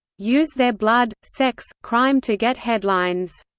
use their blood, sex, crime to get headlines.